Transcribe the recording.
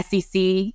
SEC